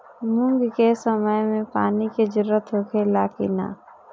मूंग के समय मे पानी के जरूरत होखे ला कि ना?